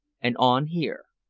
and on here.